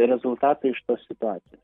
rezultatą iš tos situacijos